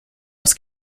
aus